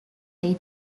dei